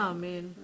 Amen